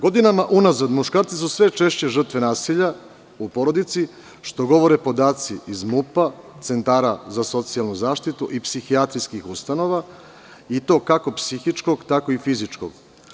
Godinama unazad, muškarci su sve češće žrtve nasilja u porodici, što govore podaci iz MUP-a, centara za socijalnu zaštitu i psihijatrijskih ustanova i to kako psihičko, tako i fizičko.